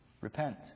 Repent